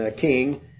king